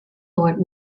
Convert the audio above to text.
lord